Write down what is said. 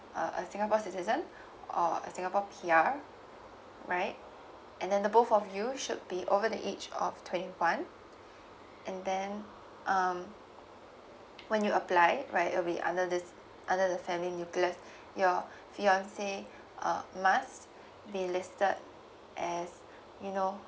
uh a singapore citizen or a singapore P_R right and then the both of you should be over the age of twenty one and then um when you apply right it'll be under this under the family your fiance uh must be listed as you know